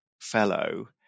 fellow